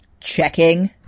checking